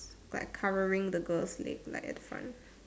like covering the girl's leg like at the front